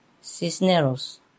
Cisneros